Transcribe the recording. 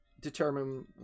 determine